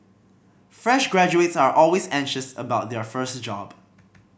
fresh graduates are always anxious about their first job